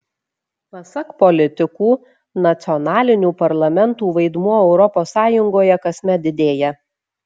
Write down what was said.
pasak politikų nacionalinių parlamentų vaidmuo europos sąjungoje kasmet didėja